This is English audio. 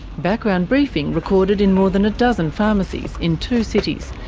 background briefing recorded in more than a dozen pharmacies in two cities,